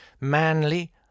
manly